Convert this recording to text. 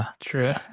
True